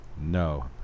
No